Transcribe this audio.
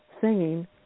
singing